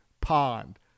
pond